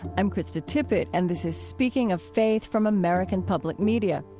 i'm krista tippett, and this is speaking of faith from american public media.